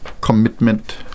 commitment